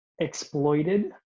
exploited